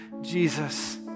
Jesus